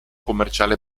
commerciale